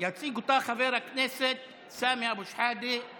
יציג אותה חבר הכנסת סמי אבו שחאדה.